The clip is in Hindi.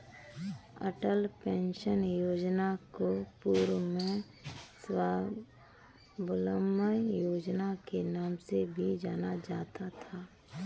अटल पेंशन योजना को पूर्व में स्वाबलंबन योजना के नाम से भी जाना जाता था